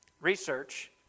Research